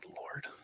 lord